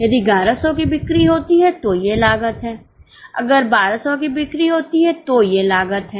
यदि 1100 की बिक्री होती है तो ये लागत हैं अगर 1200 की बिक्री होती है तो ये लागत हैं